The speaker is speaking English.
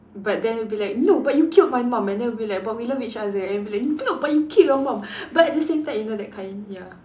but then it'll be like no but you killed my mum and then it'll be like but we love each other and it'll be like no but you killed your mum but at the same time you know that kind ya